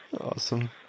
Awesome